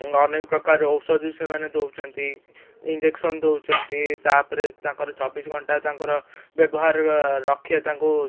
ଅନେକପ୍ରକାର ଔଷଧ ସେମାନେ ଦେଉଛନ୍ତି ଇଞ୍ଜେକସନ୍ ଦେଉଛନ୍ତି ତା'ପରେ ତାଙ୍କର ଚବିଶ ଘଣ୍ଟା ତାଙ୍କର ବ୍ୟବହାର ରଖିବା ତାଙ୍କୁ